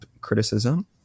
criticism